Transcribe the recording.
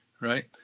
right